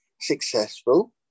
successful